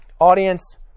Audience